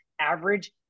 average